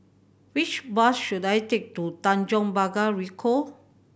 which bus should I take to Tanjong Pagar Ricoh